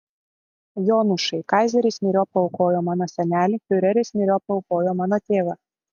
jonušai kaizeris myriop paaukojo mano senelį fiureris myriop paaukojo mano tėvą